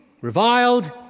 reviled